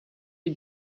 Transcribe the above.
you